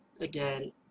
again